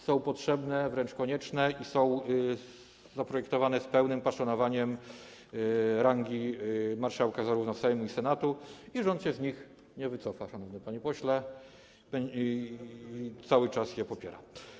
Są potrzebne, wręcz konieczne i są zaprojektowane z pełnym poszanowaniem rangi marszałka zarówno Sejmu, jak i Senatu i rząd się z nich nie wycofa, szanowny panie pośle, i cały czas je popiera.